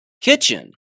Kitchen